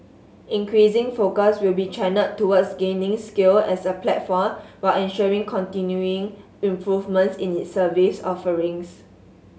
increasing focus will be channelled towards gaining scale as a platform while ensuring continuing improvements in its service offerings